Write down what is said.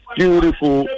Beautiful